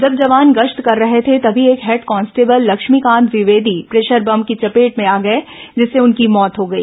जब जवान गश्त कर रहे थे तभी एक head constable Laxmikant Dwivedi pressure bomb की चपेट में आ गए जिससे उनकी मौत हो गई